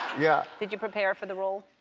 yeah. did you prepare for the role?